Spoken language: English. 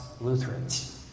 Lutherans